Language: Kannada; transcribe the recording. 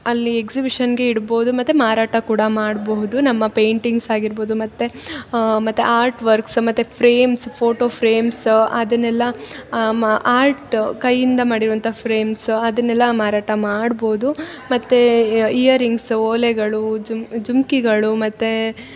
ಅಲ್ಲಿ ಎಕ್ಸಿಬಿಶನ್ಗೆ ಇಡ್ಬೋದು ಮತ್ತು ಮಾರಾಟ ಕೂಡ ಮಾಡ್ಬಹುದು ನಮ್ಮ ಪೈಂಟಿಂಗ್ಸ್ ಆಗಿರ್ಬೋದು ಮತ್ತು ಮತ್ತು ಆರ್ಟ್ವರ್ಕ್ಸ್ ಮತ್ತು ಫ್ರೇಮ್ಸ್ ಫೋಟೋ ಫ್ರೇಮ್ಸ್ ಅದನ್ನ ಎಲ್ಲಾ ಮ ಆರ್ಟ್ ಕೈಯಿಂದ ಮಾಡಿರುವಂಥ ಫ್ರೇಮ್ಸ್ ಅದನ್ನ ಎಲ್ಲಾ ಮಾರಾಟ ಮಾಡ್ಬೋದು ಮತ್ತು ಇಯರ್ರಿಂಗ್ಸ್ ಓಲೆಗಳು ಜುಮ್ ಜುಮ್ಕಿಗಳು ಮತ್ತು